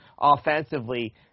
offensively